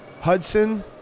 Hudson